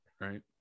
Right